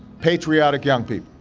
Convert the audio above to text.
patriotic young people.